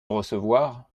recevoir